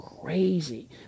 crazy